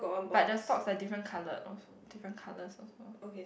but the socks are different colour of different colours also